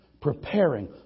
preparing